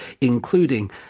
including